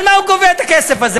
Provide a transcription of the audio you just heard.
על מה הוא גובה את הכסף הזה?